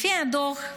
לפי הדוח,